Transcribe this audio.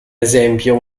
esempio